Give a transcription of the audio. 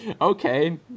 Okay